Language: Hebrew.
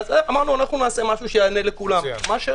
אמרנו: נעשה משהו שיענה לכולם.